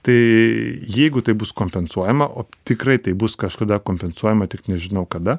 tai jeigu tai bus kompensuojama o tikrai taip bus kažkada kompensuojama tik nežinau kada